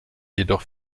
jedoch